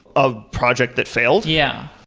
of project that failed? yeah,